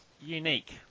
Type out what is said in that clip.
unique